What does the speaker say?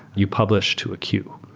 you publish to a queue,